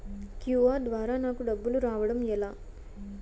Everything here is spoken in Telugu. క్యు.ఆర్ ద్వారా నాకు డబ్బులు రావడం ఎలా?